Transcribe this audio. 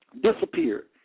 disappeared